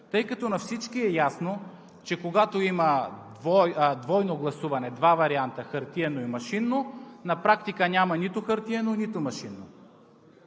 тъй като на всички е ясно, че когато има двойно гласуване, два варианта – хартиено и машинно, на практика няма нито хартиено, нито машинно?